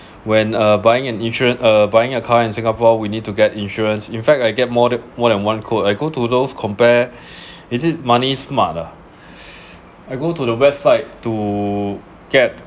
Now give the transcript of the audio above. when uh buying an insurance uh buying a car in singapore we need to get insurance in fact I get more than more than one quote I go to those compare is it money smart ah I go to the website to get